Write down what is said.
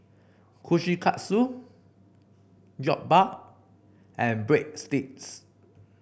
Kushikatsu Jokbal and Breadsticks